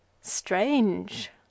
Strange